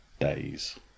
days